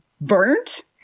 burnt